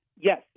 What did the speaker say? yes